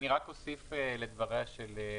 התייחסות, בבקשה.